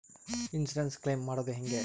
Insurance claim ಮಾಡದು ಹೆಂಗೆ?